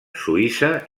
suïssa